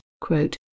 quote